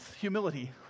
humility